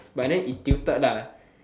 but then it tilted lah